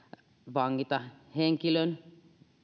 vangita henkilön